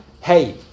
Hey